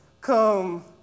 come